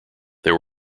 there